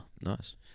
Nice